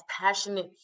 passionate